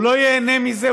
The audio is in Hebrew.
הוא לא ייהנה מזה.